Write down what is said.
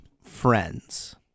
friends